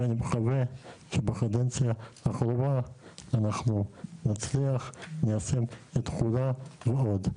ואני מקווה שבקדנציה הקרובה אנחנו נצליח ליישם את כולה ועוד.